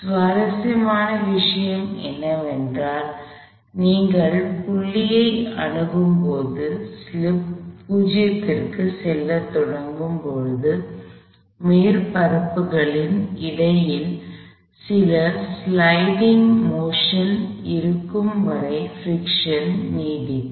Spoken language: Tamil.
சுவாரஸ்யமான விஷயம் என்னவென்றால் நீங்கள் புள்ளியை அணுகும்போது ஸ்லிப் 0 க்கு செல்லத் தொடங்கும் போது மேற்பரப்புகளுக்கு இடையில் சில சிலைடிங் மோஷன் sliding motion நெகிழ் இயக்கம் இருக்கும் வரை பிரிக்ஷன் நீடிக்கும்